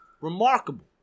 remarkable